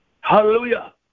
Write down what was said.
Hallelujah